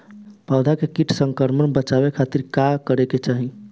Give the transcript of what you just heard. पौधा के कीट संक्रमण से बचावे खातिर का करे के चाहीं?